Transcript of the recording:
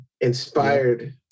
inspired